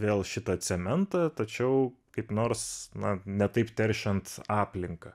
vėl šitą cementą tačiau kaip nors na ne taip teršiant aplinką